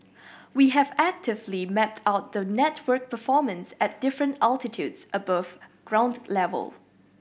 we have actively mapped out the network performance at different altitudes above ground level